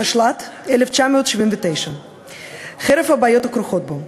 התשל"ט 1979, חרף הבעיות הכרוכות בו.